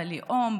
בלאום,